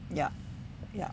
ya ya